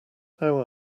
how